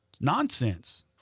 nonsense